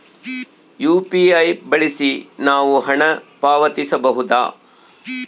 UPI ಬಳಸಿ ನಾವು ಹಣ ಪಾವತಿಸಬಹುದಾ?